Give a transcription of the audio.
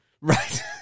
Right